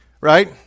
right